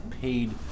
paid